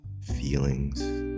feelings